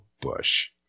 bush